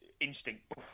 instinct